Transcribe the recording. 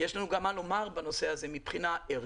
יש לנו גם מה לומר בנושא הזה מבחינה ערכית.